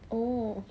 oh